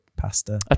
Pasta